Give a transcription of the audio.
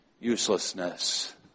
uselessness